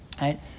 Right